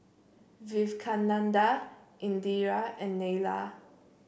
Vivekananda Indira and Neila